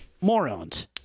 Morons